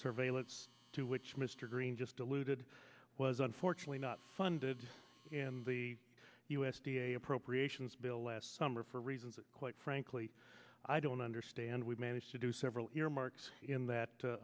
surveillance to which mr green just diluted was unfortunately not funded in the u s d a appropriations bill last summer for reasons quite frankly i don't understand we managed to do several earmarks in that